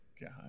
god